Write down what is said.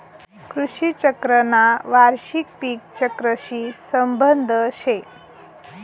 कृषी चक्रना वार्षिक पिक चक्रशी संबंध शे